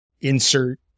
insert